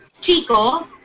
Chico